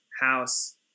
house